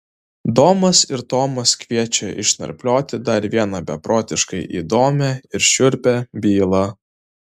domas ir tomas kviečia išnarplioti dar vieną beprotiškai įdomią ir šiurpią bylą